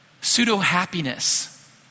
pseudo-happiness